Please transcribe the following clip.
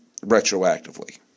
retroactively